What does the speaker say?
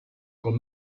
con